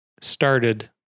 started